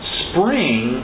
spring